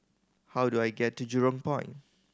how do I get to Jurong Point